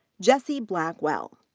jessie blackwell.